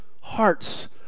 hearts